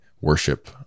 worship